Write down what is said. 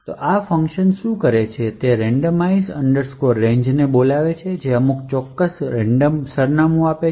તેથી આ ફંક્શન શું કરે છે તે આ randomize range ને બોલાવે છે જે અમુક ચોક્કસ રેન્ડમ સરનામું આપે છે